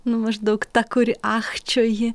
nu maždaug ta kuri ach čia ji